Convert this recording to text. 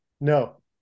No